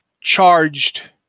charged